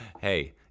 hey